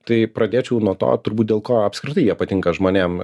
tai pradėčiau nuo to turbūt dėl ko apskritai jie patinka žmonėm